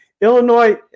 Illinois